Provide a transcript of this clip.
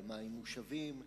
במים מושבים,